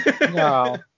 No